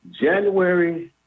January